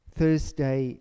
Thursday